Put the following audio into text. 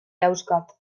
dauzkat